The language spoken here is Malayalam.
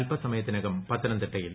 അല്പസമയത്തിനകം പത്തനംതിട്ടയിൽ